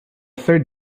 third